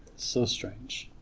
so strange,